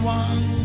one